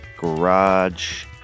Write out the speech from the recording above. Garage